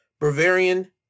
Bavarian